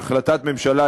בהחלטת ממשלה,